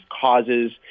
causes